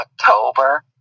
October